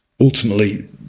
Ultimately